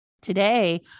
today